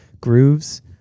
grooves